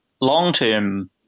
long-term